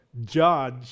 judge